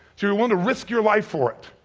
so you're willing to risk your life for it.